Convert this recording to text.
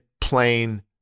plain